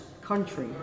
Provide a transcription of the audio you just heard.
country